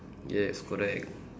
yes correct